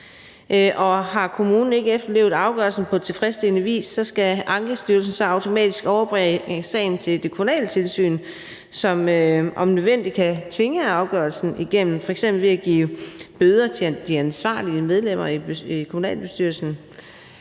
har kommunen ikke efterlevet afgørelsen på tilfredsstillende vis, så skal Ankestyrelsen automatisk overbringe sagen til det kommunale tilsyn, som om nødvendigt kan tvinge afgørelsen igennem – f.eks. ved at give bøder til de ansvarlige medlemmer af kommunalbestyrelsen.